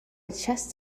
chest